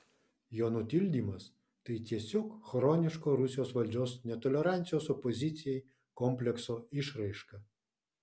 jo nutildymas tai tiesiog chroniško rusijos valdžios netolerancijos opozicijai komplekso išraiška